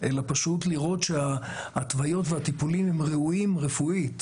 אלא לראות שההתוויות והטיפולים ראויים רפואית.